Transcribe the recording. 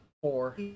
Four